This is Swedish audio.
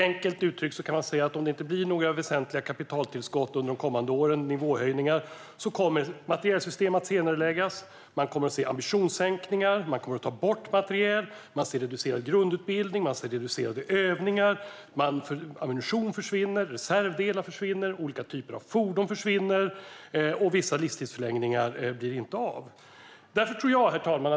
Enkelt uttryckt kan man se att om det inte blir några väsentliga kapitaltillskott och nivåhöjningar under de kommande åren kommer materielsystem att senareläggas, ambitionssänkningar ske, materiel tas bort, grundutbildning reduceras, övningar reduceras, ammunition försvinna, reservdelar försvinna, olika typer av fordon försvinna och vissa livstidsförlängningar inte bli av. Herr talman!